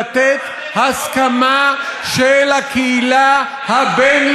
הסכמה של הקהילה הבין-לאומית כולה.